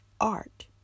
art